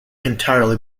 entirely